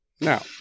Now